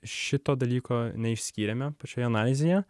šito dalyko neišsiskyrėme pačioje analizėje